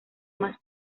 más